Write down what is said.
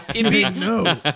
No